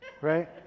right